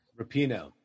Rapino